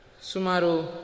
Sumaru